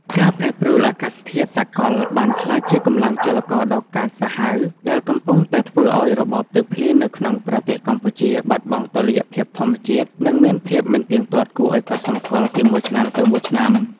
ការប្រែប្រួលអាកាសធាតុសកលបានក្លាយជាកម្លាំងចលករដ៏កាចសាហាវ ដែលកំពុងតែធ្វើឱ្យរបបទឹកភ្លៀងនៅក្នុងប្រទេសកម្ពុជាបាត់បង់តុល្យភាពធម្មជាតិ និងមានភាពមិនទៀងទាត់គួរឱ្យកត់សម្គាល់ពីមួយឆ្នាំទៅមួយឆ្នាំ។